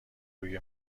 روی